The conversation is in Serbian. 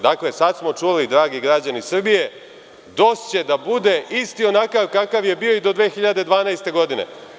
Dakle, sad smo čuli, dragi građani Srbije, DOS će da bude isti onakav kakav je bio i do 2012. godine.